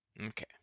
Okay